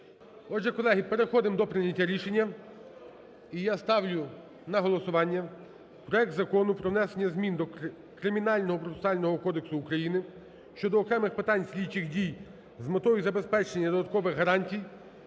Отже, колеги, переходимо до прийняття рішення. І я ставлю на голосування проект Закону про внесення змін до Кримінального процесуального кодексу України щодо окремих питань слідчих дій з метою забезпечення додаткових гарантій